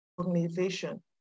organization